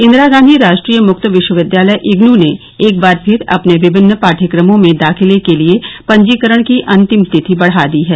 इंदिरा गांधी राष्ट्रीय मृक्त विश्वविद्यालय इग्न ने एक बार फिर अपने विभिन्न पाठ्यक्रमों में दाखिले के लिए पंजीकरण की अंतिम तिथि बढ़ा दी है